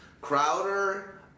Crowder